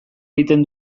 egiten